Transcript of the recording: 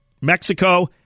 Mexico